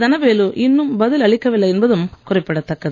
தனவேலு இன்னும் பதில் அளிக்கவில்லை என்பதும் குறிப்பிடத்தக்கது